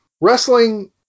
wrestling